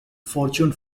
fortune